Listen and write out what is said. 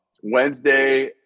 Wednesday